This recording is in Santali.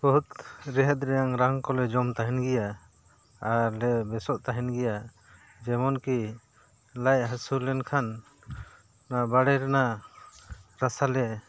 ᱵᱚᱦᱩᱛ ᱨᱮᱦᱮᱫ ᱨᱮᱭᱟᱝ ᱨᱟᱱ ᱠᱚᱞᱮ ᱡᱚᱢ ᱛᱟᱦᱮᱱ ᱜᱮᱭᱟ ᱟᱨ ᱞᱮ ᱵᱮᱥᱚᱜ ᱛᱟᱦᱮᱱ ᱜᱮᱭᱟ ᱡᱮᱢᱚᱱ ᱠᱤ ᱞᱟᱡ ᱦᱟᱹᱥᱩ ᱞᱮᱱᱠᱷᱟᱱ ᱱᱚᱣᱟ ᱵᱟᱲᱮ ᱨᱮᱱᱟᱜ ᱨᱟᱥᱟᱞᱮ